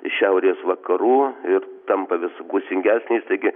iš šiaurės vakarų ir tampa vis gūsingesnis taigi